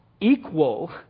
equal